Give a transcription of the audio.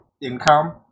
income